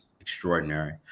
extraordinary